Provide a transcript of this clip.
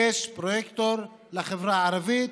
יש פרויקטור לחברה הערבית,